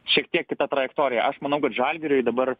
šiek tiek kita trajektorija aš manau kad žalgiriui dabar